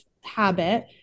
habit